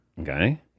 Okay